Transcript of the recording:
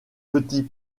petit